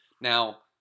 Now